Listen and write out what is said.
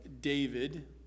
David